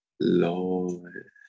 lord